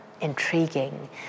intriguing